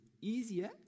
easier